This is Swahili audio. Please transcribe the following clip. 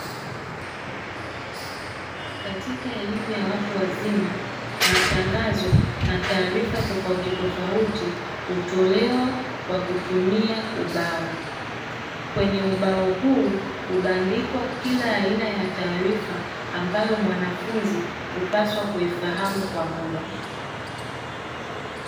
Katika elimu ya watu wazima, matangazo na taarifa tofauti tofauti hutolewa kwa kutumia ubao. Kwenye ubao huu hubandikwa kila aina ya taarifa ambayo mwanafunzi hupaswa kuifahamu kwa muda.